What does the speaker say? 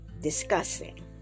discussing